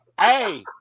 Hey